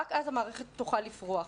רק אז המערכת תוכל לפרוח.